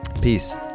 Peace